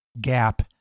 gap